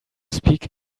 speak